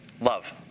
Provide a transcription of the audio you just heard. love